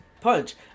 punch